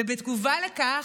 ובתגובה לכך,